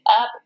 up